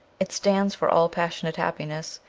it stands for all passionate happiness,